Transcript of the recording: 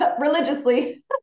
religiously